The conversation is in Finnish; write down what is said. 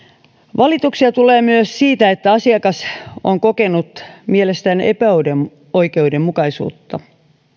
valituksia tulee myös siitä että asiakas on kokenut mielestään epäoikeudenmukaisuutta